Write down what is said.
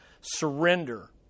Surrender